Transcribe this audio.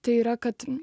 tai yra kad